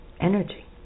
energy